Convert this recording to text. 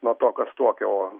nuo to kas tuokia o